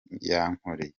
yankoreye